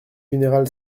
général